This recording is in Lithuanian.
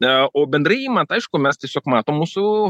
na o bendrai imant aišku mes tiesiog matom mūsų